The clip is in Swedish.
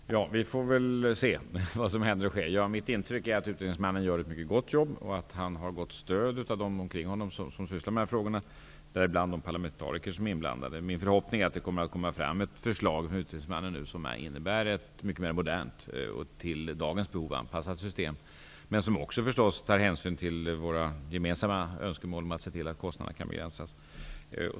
Herr talman! Vi får väl se vad som händer och sker. Mitt intryck är att utredningsmannen gör ett mycket bra jobb och att han har ett gott stöd av de människor omkring honom som sysslar med dessa frågor, däribland de parlamentariker som är involverade. Min förhoppning är att det från utredningsmannen skall komma ett förslag, som innebär ett mycket mer modernt och till dagens behov anpassat system, som också tar hänsyn till våra gemensamma önskemål om att kostnaderna skall begränsas.